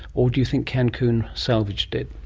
or do you think cancun salvaged it?